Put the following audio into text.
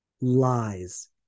lies